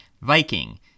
Viking